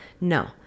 No